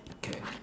okay